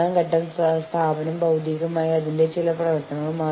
കൂടാതെ അവ വൈരുദ്ധ്യങ്ങൾ പരിഹരിക്കാൻ സഹായിക്കുന്നു സാധാരണ നടപടിക്രമങ്ങളാണ്